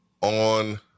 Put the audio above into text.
on